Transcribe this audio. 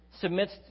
submits